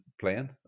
playing